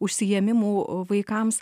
užsiėmimų vaikams